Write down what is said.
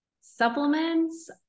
Supplements